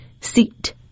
seat